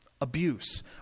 Abuse